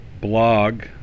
blog